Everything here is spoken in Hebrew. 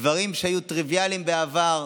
דברים שהיו טריוויאליים בעבר,